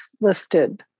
listed